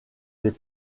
des